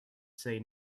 say